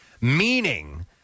Meaning